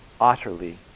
utterly